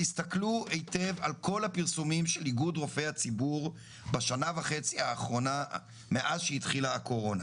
תסתכלו היטב על כל הפרסומים של איגוד רופאי הציבור מאז שהחלה הקורונה.